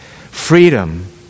freedom